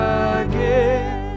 again